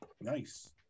nice